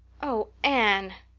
oh, anne!